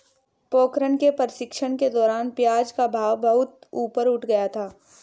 पोखरण के प्रशिक्षण के दौरान प्याज का भाव बहुत ऊपर उठ गया था